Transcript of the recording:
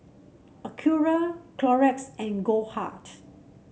Acura Clorox and Goldheart